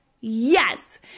yes